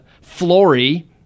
flory